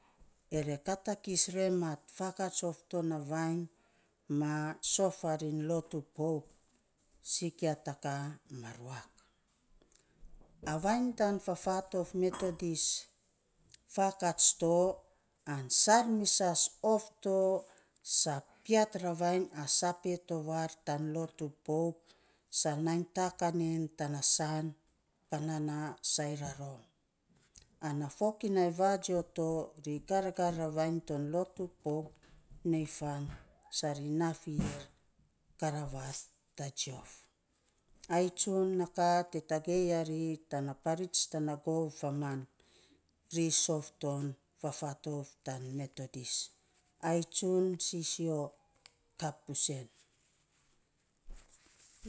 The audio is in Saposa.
Ere katakis remat faakats ot tana vainy ma sof arin lotu pop sikia ta ka ma ruak, a vainy tan fafatouf methodis faakats to, an sarmisas of to saa piat ravainy a saape tovar tan lotu pop, saa nai takan en tana saan, panan na sai ra rom. Ana fokinai vagio to ri gargar ravainy tan lotu pop nei fan sa ri naa fier karavat tajiof, ai tsun a ka te ntagei ari tana parits tana gov faman ri sof ton fafatouf tan methodis, ai tsun sisio kap busen.